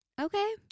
Okay